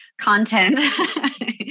content